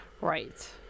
Right